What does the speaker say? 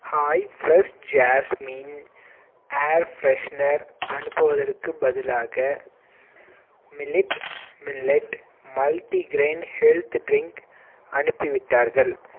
hi fresh jasmine air freshener அனுப்புவதற்குப் பதிலாக millet millet multigrain health drink அனுப்பிவிட்டார்கள்